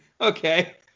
okay